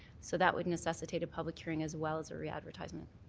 so that would necessitate a public hearing as well as a readvertisement.